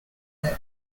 that